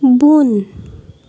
بۄن